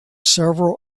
several